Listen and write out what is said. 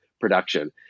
production